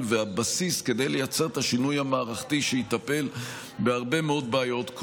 והבסיס כדי לייצר את השינוי המערכתי לטפל בהרבה מאוד בעיות,